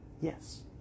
Yes